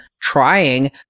trying